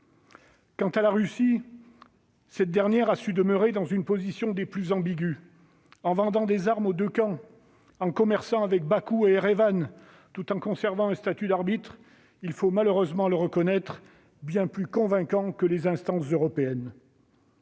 Quant à la Russie, cette dernière a su demeurer dans une position des plus ambiguës en vendant des armes aux deux camps, en commerçant avec Bakou et Erevan, tout en conservant un statut d'arbitre- il faut malheureusement le reconnaître -bien plus convaincant que celui que devraient